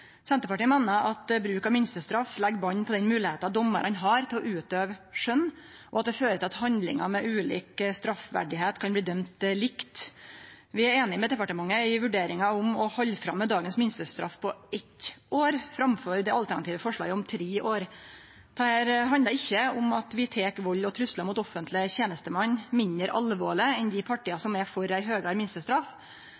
Senterpartiet meiner at bruk av minstestraff legg band på den moglegheita domarane har til å utøve skjøn, og at det fører til at handlingar med ulik straffverdigheit kan bli dømde likt. Vi er einig med departementet i vurderinga om å halde fram med dagens minstestraff på 1 år framfor det alternative forslaget om 3 år. Dette handlar ikkje om at vi tek vald og truslar mot offentleg tenestmann mindre alvorleg enn dei partia